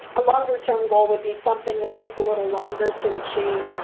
a longer-term goal would be something that takes a little longer to achieve,